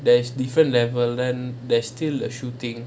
there's different level then there's still a shooting